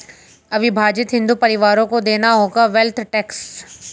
अविभाजित हिंदू परिवारों को देना होगा वेल्थ टैक्स